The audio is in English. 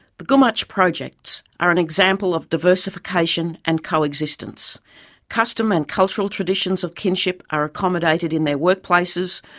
the gumatj projects are an example of diversification and coexistence custom and cultural traditions of kinship are accommodated in their workplaces,